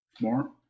More